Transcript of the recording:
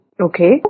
Okay